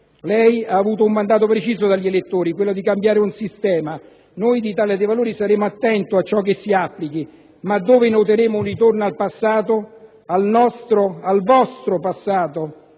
Lei ha avuto un mandato preciso dagli elettori, quello di cambiare un sistema. Noi dell'Italia dei Valori saremo attenti a ciò che si realizza, ma dove noteremo un ritorno al passato, al vostro passato